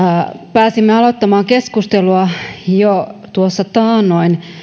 pääsimme aloittamaan keskustelua jo tuossa taannoin